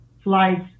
flights